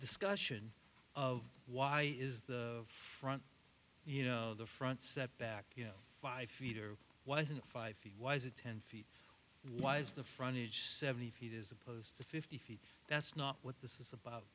discussion of why is the front you know the front step back you know five feet or why isn't five feet why is it ten feet why is the frontage seventy feet is opposed to fifty feet that's not what this is about